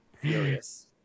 Furious